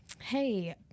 hey